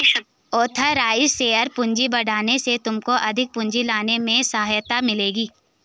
authorised share पूंजी बढ़ाने से तुमको अधिक पूंजी लाने में सहायता मिलेगी